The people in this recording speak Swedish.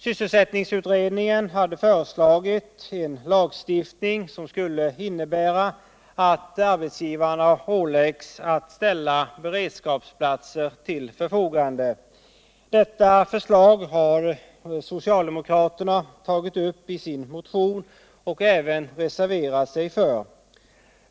Sysselsättningsutredningen hade föreslagit en lagstiftning som skulle innebära att arbetsgivarna ålades att ställa beredskapsplatser till förfogande. Detta förslag har socialdemokraterna tagit upp i sin motion och även reserverat sig för.